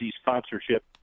sponsorship